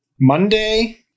Monday